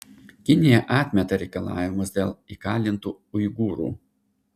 kinija atmeta reikalavimus dėl įkalintų uigūrų